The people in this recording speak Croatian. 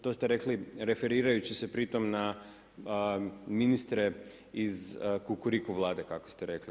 To ste rekli, referirajući se pritom na ministre iz kukuriku Vlade, kako ste rekli.